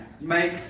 make